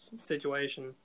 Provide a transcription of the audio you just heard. situation